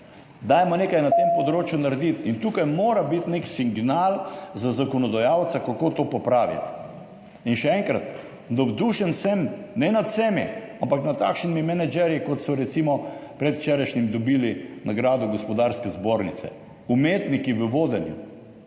Naredimo nekaj na tem področju. Tu mora biti nek signal za zakonodajalca, kako to popraviti. In še enkrat, navdušen sem, ne nad vsemi, ampak nad takšnimi menedžerji, ki so recimo predvčerajšnjim dobili nagrado Gospodarske zbornice, umetniki v vodenju,